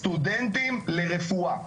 סטודנטים לרפואה,